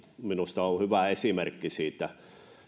minusta hyvä esimerkki